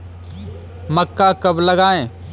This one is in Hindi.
मक्का कब लगाएँ?